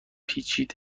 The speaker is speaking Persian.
بپیچید